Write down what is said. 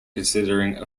considering